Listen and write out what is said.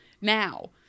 Now